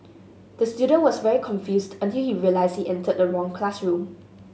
the student was very confused until he realised he entered the wrong classroom